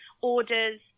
Orders